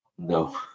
No